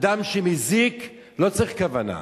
אדם שמזיק לא צריך כוונה,